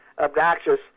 obnoxious